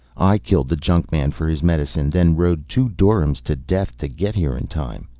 i killed the junkman for his medicine, then rode two doryms to death to get here in time.